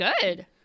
good